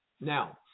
Now